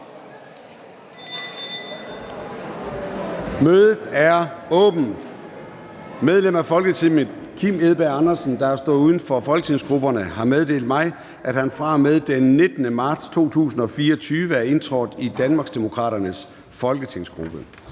Mødet er åbnet. Medlem af Folketinget Kim Edberg Andersen, der har stået uden for folketingsgrupperne, har meddelt mig, at han fra og med den 19. marts 2024 er indtrådt i Danmarksdemokraternes folketingsgruppe.